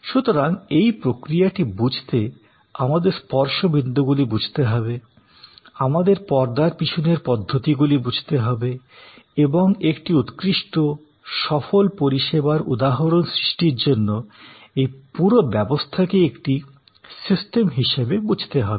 সুতরাং এই প্রক্রিয়াটি বুঝতে আমাদের স্পর্শ বিন্দুগুলি বুঝতে হবে আমাদের পর্দার পিছনেরপদ্ধতিগুলি বুঝতে হবে এবং একটি উৎকৃষ্ট সফল পরিষেবার উদাহরণ সৃষ্টির জন্য এই পুরো ব্যবস্থাকে একটি সিস্টেম হিসাবে বুঝতে হবে